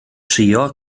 trio